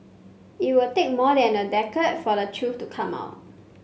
it would take more than a decade for the truth to come out